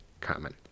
common